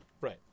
right